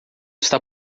está